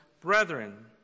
brethren